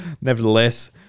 nevertheless